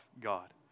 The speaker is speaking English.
God